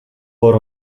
por